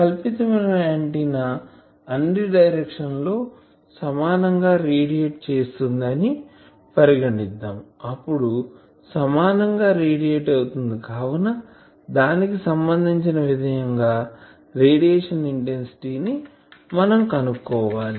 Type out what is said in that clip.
కల్పితమైన antenna అన్ని direction లలో సమానంగా రేడియేట్ చేస్తుంది అని పరిగణిద్దాం అప్పుడు సమానంగా రేడియేట్ అవుతుంది కావున దానికి సంబంధించిన విధంగా రేడియేషన్ ఇంటెన్సిటీ ని మనం కనుక్కోవాలి